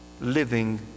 living